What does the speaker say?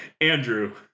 Andrew